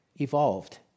evolved